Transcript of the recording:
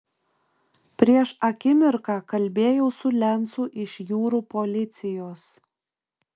prieš akimirką kalbėjau su lencu iš jūrų policijos